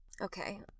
Okay